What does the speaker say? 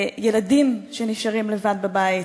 ילדים שנשארים לבד בבית.